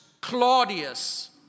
Claudius